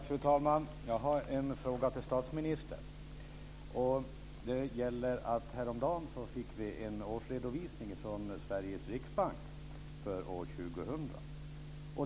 Fru talman! Jag har en fråga till statsministern. Häromdagen fick vi en årsredovisning från Sveriges riksbank för år 2000.